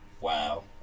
Wow